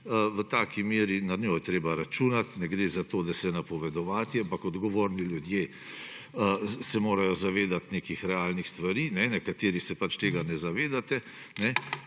v taki meri, na njo je treba računati. Ne gre za to, da se napovedovati, ampak odgovorni ljudje se morajo zavedati nekih realnih stvari, nekateri se pač tega ne zavedate,